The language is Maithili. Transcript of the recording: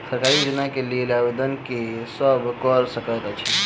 सरकारी योजना केँ लेल आवेदन केँ सब कऽ सकैत अछि?